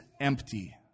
empty